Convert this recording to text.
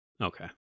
Okay